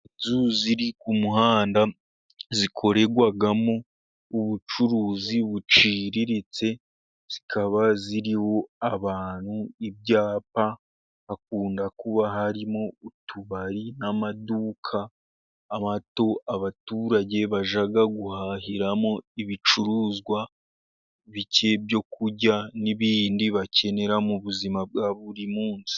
Inzu ziri ku muhanda zikorerwamo ubucuruzi buciriritse zikaba ziriho abantu, ibyapa hakunda kuba harimo utubari n'amaduka, abaturage bajya guhahiramo ibicuruzwa bike byo kurya n'ibindi bakenera mu buzima bwa buri munsi.